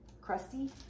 crusty